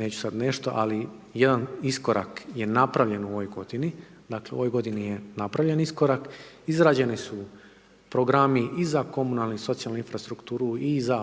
neću sad nešto, ali jedan iskorak je napravljen u ovoj godini, dakle u ovoj godini je napravljen iskorak, izrađeni su programi i za komunalnu i socijalnu infrastrukturu i za